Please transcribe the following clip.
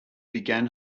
began